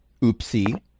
Oopsie